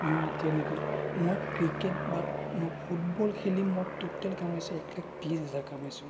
মই এতিয়া নেকি মই ক্ৰিকেট বা মই ফুটবল খেলি মই টোটেল কামাইছোঁ এক লাখ ত্ৰিশ হাজাৰ কামাইছোঁ